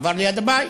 עבר ליד הבית,